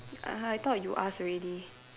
I thought you ask already